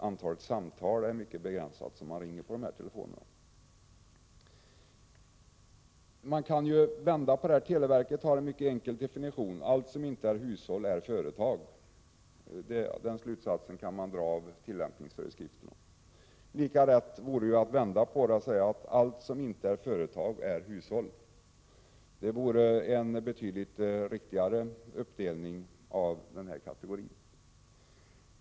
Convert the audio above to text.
Antalet samtal som rings på dessa telefoner är ju i övrigt mycket begränsat. Televerket gör en mycket enkel definition genom att säga att allt som inte är att anse som hushåll är företag — den slutsatsen kan man dra av tillämpningsföreskrifterna. Lika lätt vore det att vända på denna definition och säga att allt som inte är att anse som företag är hushåll — det vore en betydligt mera riktig kategoriindelning.